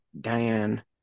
Diane